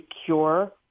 secure